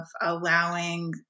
allowing